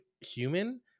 human